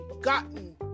gotten